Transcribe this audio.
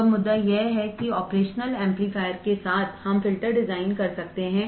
तो अब मुद्दा यह है कि ऑपरेशनल एम्पलीफायरों के साथ हम फिल्टर डिजाइन कर सकते हैं